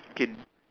okay